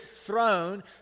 throne